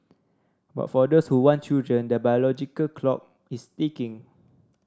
but for those who want children the biological clock is ticking